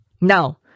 Now